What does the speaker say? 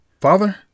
Father